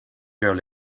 girl